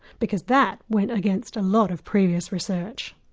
because that went against a lot of previous research.